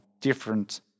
different